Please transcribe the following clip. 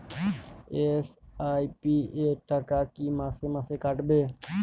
SIP র টাকা কী মাসে মাসে কাটবে?